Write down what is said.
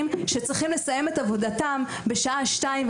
שצריכים לסיים את עבודתם בשעה שתיים,